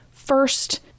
First